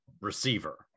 receiver